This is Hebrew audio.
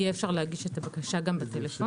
אפשר יהיה להגיש את הבקשה גם בטלפון.